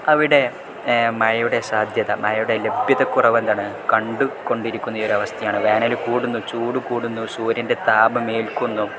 അവിടെ മഴയുടെ സാധ്യത മഴയുടെ ലഭ്യത കുറവ് എന്താണ് കണ്ടുകൊണ്ടിരിക്കുന്ന ഒരവസ്ഥയാണ് വേനൽ കൂടുന്നു ചൂട് കൂടുന്നു സൂര്യൻ്റെ താപമേൽക്കുന്നു